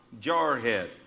Jarhead